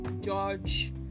George